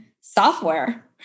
software